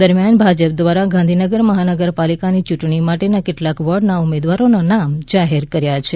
દરમિયાન ભાજપ ધ્વારા ગાંધીનગર મહાનગરપાલીકાની યુંટણી માટેના કેટલાક વોર્ડના ઉમેદવારોના નામ જાહેર કર્યા છે